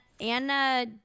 Anna